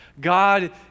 God